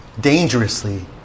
dangerously